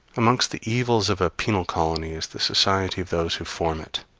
amongst the evils of a penal colony is the society of those who form it